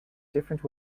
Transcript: different